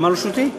כמה לרשותי?